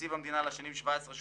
בתקציב המדינה לשנים 2018-2017